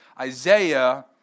Isaiah